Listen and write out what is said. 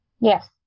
Yes